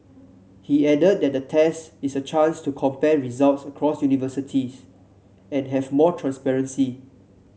he added that the test is a chance to compare results across universities and have more transparency